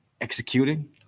executing